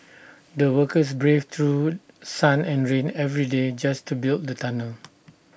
the workers braved through sun and rain every day just to build the tunnel